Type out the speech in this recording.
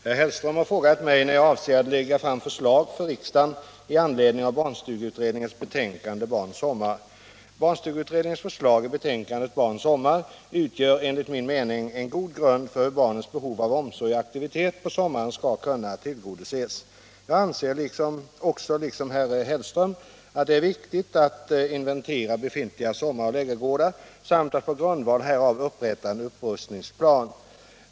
Herr talman! Herr Hellström har frågat mig när jag avser att lägga fram förslag för riksdagen i anledning av barnstugeutredningens betänkande Barns sommar. Barnstugeutredningens förslag i betänkandet Barns sommar utgör enligt min mening en god grund för hur barnens behov av omsorg och aktivitet på sommaren skall kunna tillgodoses. Jag anser också liksom herr Hellström att det är viktigt att inventera befintliga sommar och lägergårdar samt att på grundval härav upprätta en upprustningsplan.